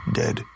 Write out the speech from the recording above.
dead